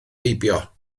heibio